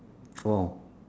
!wow!